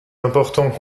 importants